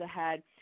ahead